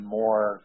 more